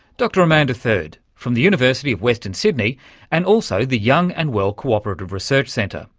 dr amanda third from the university of western sydney and also the young and well cooperative research centre.